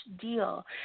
deal